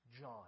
John